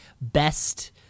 best